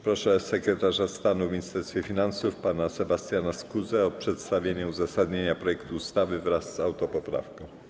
Proszę sekretarza stanu w Ministerstwie Finansów pana Sebastiana Skuzę o przedstawienie uzasadnienia projektu ustawy wraz z autopoprawką.